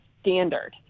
standard